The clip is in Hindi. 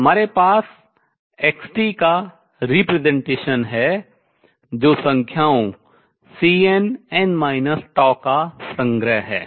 तो हमारे पास xt का representation है जो संख्याओं Cnn τ का संग्रह है